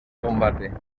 combate